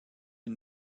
une